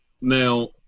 now